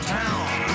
town